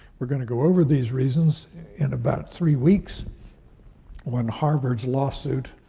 we're gonna go over these reasons in about three weeks when harvard's lawsuit,